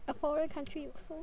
a foreign country also